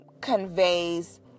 conveys